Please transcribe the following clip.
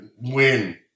win